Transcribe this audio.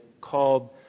called